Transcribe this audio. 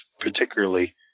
particularly